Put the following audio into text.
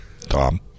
Tom